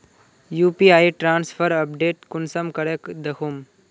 UPI transfer update कुंसम करे दखुम?